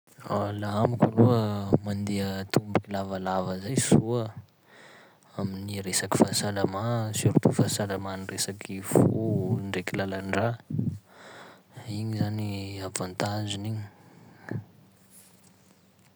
Laha amiko aloha mandeha tomboky lavalava zay soa amin'ny resaky fahasalamà a surtout fahasalaman'ny resaky fo, ndraiky lalan-drà, igny zany avantage-ny igny.